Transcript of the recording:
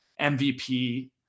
MVP